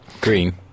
Green